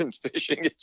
fishing